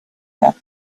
here